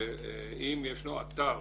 שאם ישנו אתר